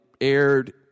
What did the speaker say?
aired